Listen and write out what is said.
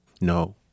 No